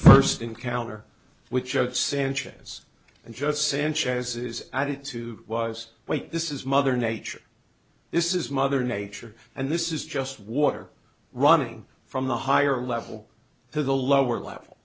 first encounter which of sanchez and just sanchez's added to was wait this is mother nature this is mother nature and this is just water running from the higher level to the lower level